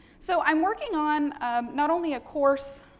so, i'm working on not only a course,